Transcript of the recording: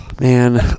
man